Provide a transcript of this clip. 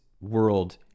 world